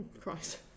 Christ